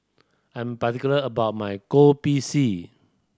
I'm particular about my Kopi C